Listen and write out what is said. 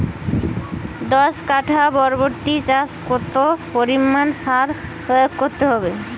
দশ কাঠা বরবটি চাষে কত পরিমাণ সার প্রয়োগ করব?